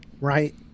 Right